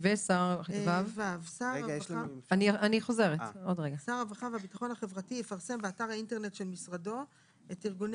ולכן צריך שם להכניס סטנדרטים שנתקבלו כאן ושחלים בארגונים